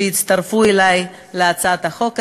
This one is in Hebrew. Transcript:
שהצטרפו אלי להצעת החוק הזאת.